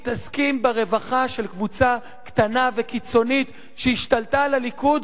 מתעסקים ברווחה של קבוצה קטנה וקיצונית שהשתלטה על הליכוד,